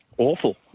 Awful